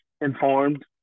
informed